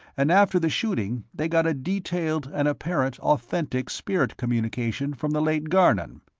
and after the shooting they got a detailed and apparently authentic spirit-communication from the late garnon.